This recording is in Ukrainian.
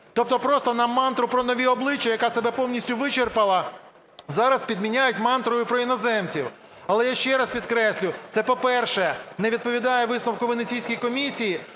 Тобто просто нам мантру про нові обличчя, яка себе повністю вичерпала, зараз підміняють мантрою про іноземців. Але, я ще раз підкреслюю, це, по-перше, не відповідає висновку Венеційської комісії,